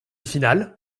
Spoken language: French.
finale